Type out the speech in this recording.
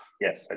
Yes